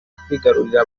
kwigarurira